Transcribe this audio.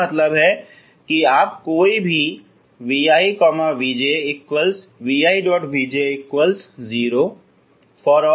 इसका मतलब है की आप कोई भी vivj vivj0 ∀ i≠j लेते हैं